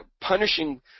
punishing